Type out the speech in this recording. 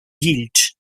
yield